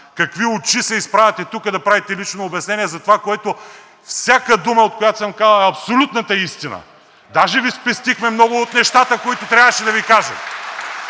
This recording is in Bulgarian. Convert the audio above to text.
какви очи се изправяте тук да правите лично обяснение за това, което, всяка дума, която съм казал, е абсолютната истина. Даже Ви спестихме много от нещата, които трябваше да Ви кажем.